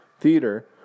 theater